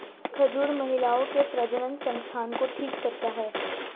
खजूर महिलाओं के प्रजननसंस्थान को ठीक करता है